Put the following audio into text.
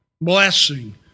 blessing